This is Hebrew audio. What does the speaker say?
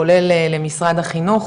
כולל למשרד החינוך,